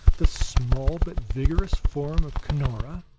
the small but vigorous form of cunora,